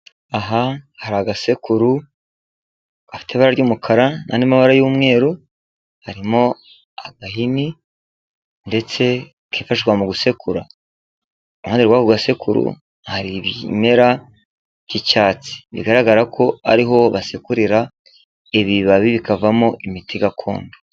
Aha hari agasekuru gafite ibara ry'umukara n'andi mabara y'umweru harimo agahini ndetse kifashishwa mu gusekura iruhande rw'ako gasekuru hari ibimera by'icyatsi bigaragara ko ariho basekurira ibibabi bikavamo imiti gakondo.